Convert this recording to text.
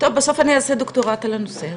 בסוף אני אעשה דוקטורט על הנושא הזה.